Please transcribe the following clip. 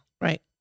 Right